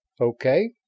Okay